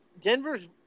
Denver's